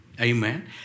Amen